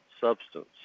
substance